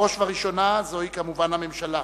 בראש ובראשונה זוהי כמובן הממשלה,